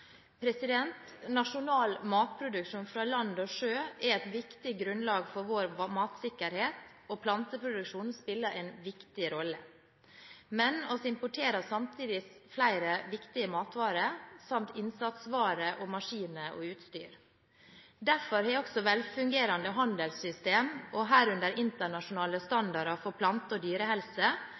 jordbruksmatvarer?» Nasjonal matproduksjon fra land og sjø er et viktig grunnlag for vår matvaresikkerhet, og planteproduksjonen spiller en viktig rolle. Men vi importerer samtidig flere viktige matvarer samt innsatsvarer og maskiner og utstyr. Derfor har også velfungerende handelssystemer, herunder internasjonale standarder for plante- og